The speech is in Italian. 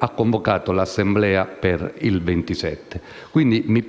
ha convocato l'assemblea per il 27. Mi sembra